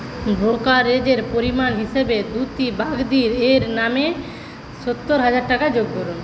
ব্রোকারেজের পরিমাণ হিসেবে দ্যুতি বাগদি এর নামে সত্তর হাজার টাকা যোগ করুন